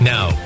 Now